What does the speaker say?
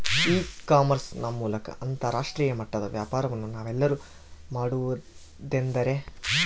E commerce ನ ಮೂಲಕ ಅಂತರಾಷ್ಟ್ರೇಯ ಮಟ್ಟದ ವ್ಯಾಪಾರವನ್ನು ನಾವೆಲ್ಲರೂ ಮಾಡುವುದೆಂದರೆ?